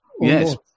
Yes